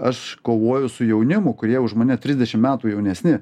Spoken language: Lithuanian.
aš kovoju su jaunimu kurie už mane trisdešimt metų jaunesni